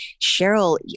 Cheryl